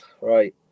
Right